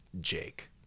Jake